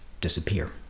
disappear